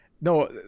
no